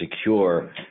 secure